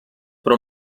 però